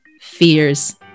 fears